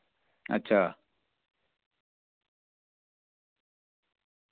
अच्छा